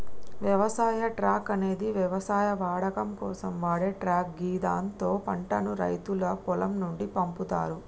వ్యవసాయ ట్రక్ అనేది వ్యవసాయ వాడకం కోసం వాడే ట్రక్ గిదాంతో పంటను రైతులు పొలం నుండి పంపుతరు